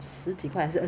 ya so you have to